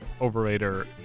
overrated